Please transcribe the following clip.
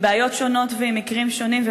עם בעיות שונות ועם מקרים שונים,